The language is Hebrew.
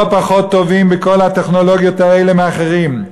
לא פחות טובים בכל הטכנולוגיות האלה מהאחרים.